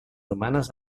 humanes